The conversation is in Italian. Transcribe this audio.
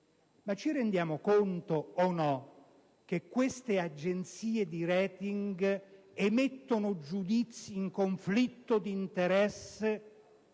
Ma ci rendiamo conto o no che queste agenzie emettono giudizi in conflitto di interesse,